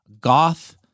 goth